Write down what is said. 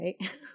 right